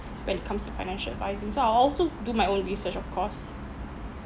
when it comes to financial advising so I also do my own research of course